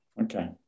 Okay